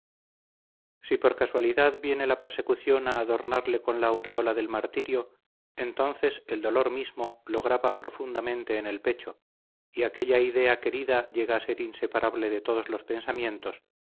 si por casualidad viene la persecución a adornarle con la aureola del martirio entonces el dolor mismo lo graba profundamente en el pecho y aquella idea querida llega a ser inseparable de todos los pensamientos